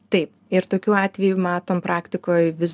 taip ir tokių atvejų matom praktikoj vis